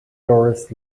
doris